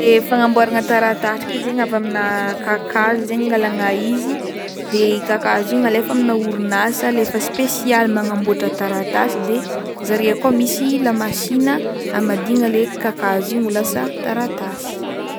Le fagnamboarana taratasy ndraiky edy zegny avy amina kakazo zegny angalagna izy de i kakazi igny alefa amina orinasa le efa spesialy magnamboatra taratasy de zare akao misy lamasina amadihagna le kakazo io ho lasa taratasy.